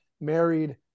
married